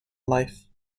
life